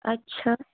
আচ্ছা